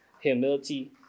humility